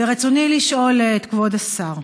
ורצוני לשאול את כבוד השר: